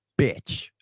bitch